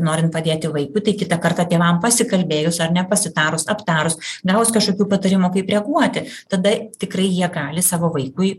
norin padėti vaikui tai kitą kartą tėvam pasikalbėjus ar ne pasitarus aptarus gavus kažkokių patarimų kaip reaguoti tada tikrai jie gali savo vaikui